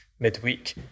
midweek